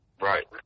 Right